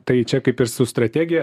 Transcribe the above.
tai čia kaip ir su strategija